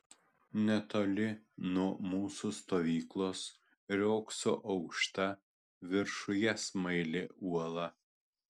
netoli nuo mūsų stovyklos riogso aukšta viršuje smaili uola